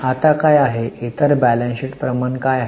आता काय आहे इतर बॅलन्स शीट प्रमाण काय आहेत